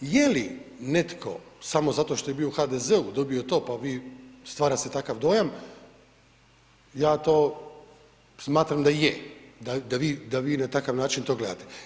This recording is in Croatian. Je li netko samo zato što je bio u HDZ-u, dobio to, pa vi, stvara se takav dojam, ja to smatram da je, da vi na takav način to gledate.